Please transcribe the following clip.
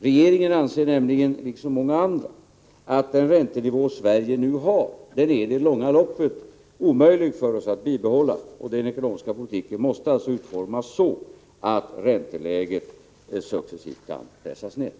Regeringen anser nämligen, liksom många andra, att den räntenivå Sverige nu har i det långa loppet är omöjlig för oss att bibehålla. Den ekonomiska politiken måste alltså utformas så, att ränteläget succesivt kan pressas ned.